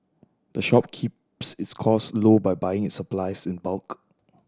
the shop keeps its costs low by buying its supplies in bulk